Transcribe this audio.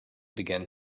began